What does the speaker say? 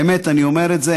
באמת אני אומר את זה,